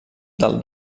del